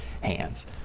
hands